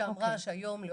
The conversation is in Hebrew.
התורמת אמרה שהיום מכיוון